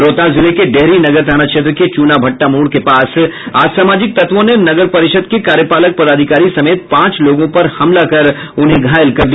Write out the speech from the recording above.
रोहतास जिले के डेहरी नगर थाना क्षेत्र के चूना भट्टा मोड़ के पास असामाजिक तत्वों ने नगर परिषद के कार्यपालक पदाधिकारी समेत पांच लोगों पर हमला कर उन्हें घायल कर दिया